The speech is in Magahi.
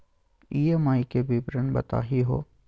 ई.एम.आई के विवरण बताही हो?